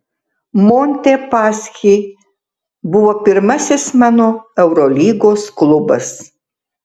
montepaschi buvo pirmasis mano eurolygos klubas